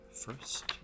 First